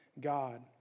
God